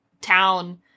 town